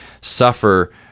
suffer